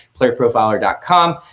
playerprofiler.com